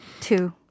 Two